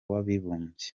w’abibumbye